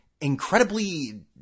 incredibly